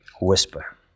whisper